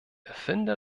erfinder